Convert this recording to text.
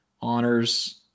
honors